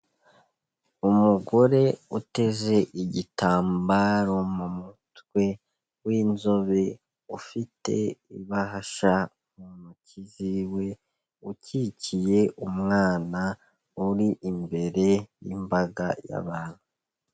Umugore uteze igitambaro mu mutwe w'inzobe, ufite ibahasha mu ntoki ziwe, ukikiye umwana uri imbere y'imbaga y'abantu.